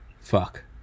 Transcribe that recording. Fuck